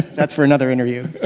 that's for another interview